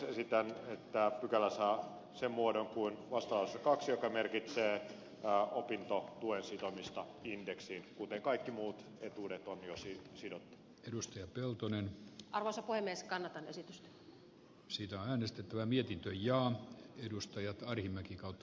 ehdotan että pykälä saa sen muodon joka on vastalauseessa mikä tarkoittaa että perusturvan riittävyyttä tarkastellaan joka toinen vuosi joka neljännen vuoden sijasta ja jos se todetaan riittämättömäksi niin sitä myös korotetaan